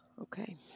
okay